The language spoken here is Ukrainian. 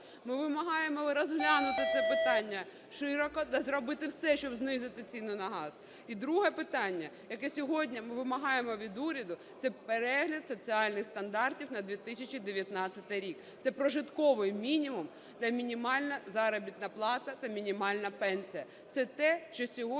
Ми вимагаємо розглянути це питання широко та зробити все, щоб знизити ціну на газ. І друге питання, яке сьогодні ми вимагаємо від уряду, – це перегляд соціальних стандартів на 2019 рік, це прожитковий мінімум та мінімальна заробітна плата, та мінімальна пенсія.